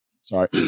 sorry